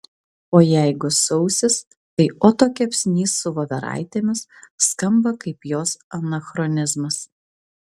o jeigu sausis tai oto kepsnys su voveraitėmis skamba kaip jos anachronizmas